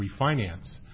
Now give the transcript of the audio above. refinance